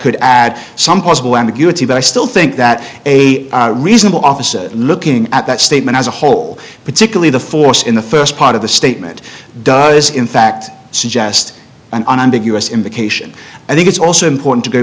could add some possible ambiguity but i still think that a reasonable officer looking at that statement as a whole particularly the force in the first part of the statement does in fact suggest an unambiguous indication i think it's also important to go